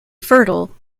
fertile